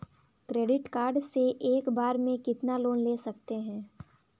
Credit card से एक बार में कितना लोन ले सकते हैं?